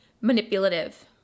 manipulative